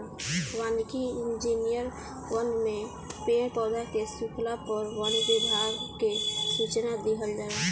वानिकी इंजिनियर वन में पेड़ पौधा के सुखला पर वन विभाग के सूचना दिहल जाला